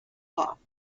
off